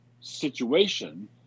situation